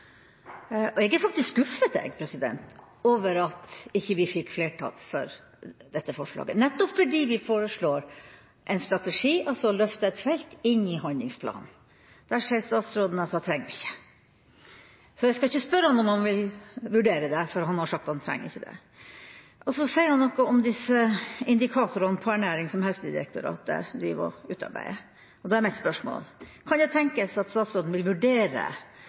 åpne. Jeg er faktisk skuffet over at ikke vi fikk flertall for dette forslaget, nettopp fordi vi foreslår en strategi, altså å løfte et felt, inn i handlingsplanen. Her sier statsråden at det trenger han ikke. Jeg skal ikke spørre om han vil vurdere det, for han har sagt at han trenger ikke det, og så sier han noe om disse indikatorene for ernæring som Helsedirektoratet utarbeider. Da er mitt spørsmål: Kan det tenkes at statsråden vil vurdere